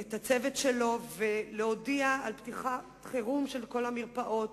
את הצוות שלו ולהודיע על פתיחת חירום של כל המרפאות,